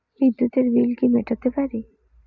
বিদ্যুতের বিল কি মেটাতে পারি?